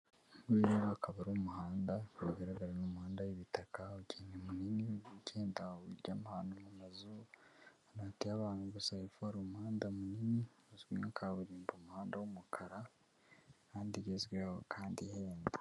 Uyu nguyu rero akaba ari umuhanda uragaraga nk'umuhanda w'ibitaka munini ugenda ujyamo ahantu mu mazu, ahantu hatuye abantu gusa hepfo yaho hari umuhanda munini uzwi nka kaburimbo, umuhanda w'umukara, imihanda igezweho kandi ihenze.